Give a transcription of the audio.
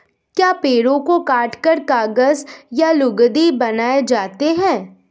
क्या पेड़ों को काटकर कागज व लुगदी बनाए जाते हैं?